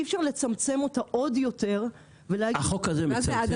אי-אפשר לצמצם אותה עוד יותר --- החוק הזה מצמצם?